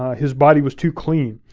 his body was too clean,